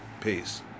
Peace